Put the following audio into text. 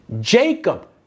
Jacob